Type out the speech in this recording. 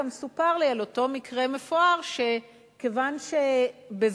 גם סופר לי על אותו מקרה מפואר שכיוון שבזמנו